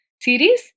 series